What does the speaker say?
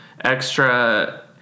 extra